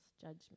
judgment